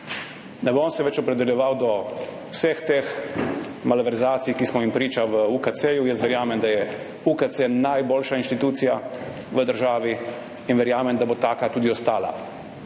Ne bom se več opredeljeval do vseh teh malverzacij, ki smo jim priča v UKC. Jaz verjamem, da je UKC najboljša institucija v državi in verjamem, da bo taka tudi ostala,